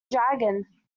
dragon